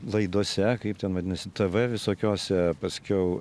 laidose kaip ten vadinasi tv visokiose paskiau